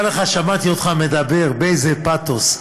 נשבע לך, שמעתי אותך מדבר באיזה פתוס.